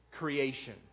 creation